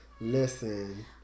Listen